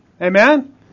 Amen